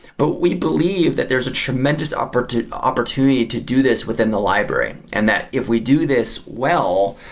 but we believe that there is a tremendous opportunity opportunity to do this within the library, and that if we do this well,